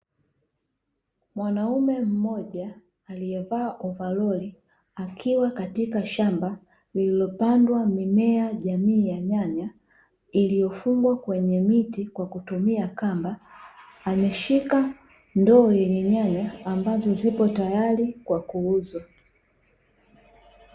Mwanaume mmoja aliyevaa ovaroli, akiwa katika shamba lililopandwa mimea jamii ya nyanya, iliyofungwa kwenye miti kwa kutumia kamba; ameshika ndoo yenye nyanya ambazo zipo tayari kwa kuuzwa.